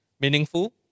meaningful